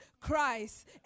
Christ